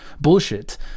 bullshit